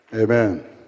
Amen